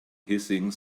hissing